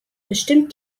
bestimmt